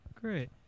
great